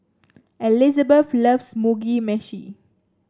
Elizebeth loves Mugi Meshi